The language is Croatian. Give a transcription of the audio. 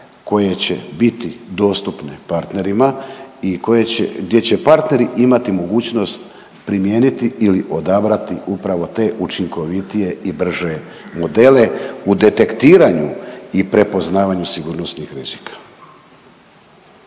koje će biti dostupne partnerima i koje će, gdje će partneri imati mogućnost primijeniti ili odabrati upravo te učinkovitije i brže modele u detektiranju i prepoznavanju sigurnosnih rizika.